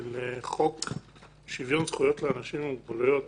חוק שוויון זכויות לאנשים עם מוגבלויות